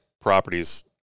properties